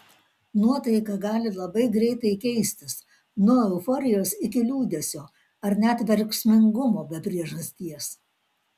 nuotaika gali labai greitai keistis nuo euforijos iki liūdesio ar net verksmingumo be priežasties